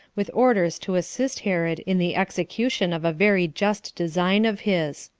with orders to assist herod in the execution of a very just design of his.